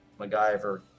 MacGyver